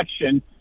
election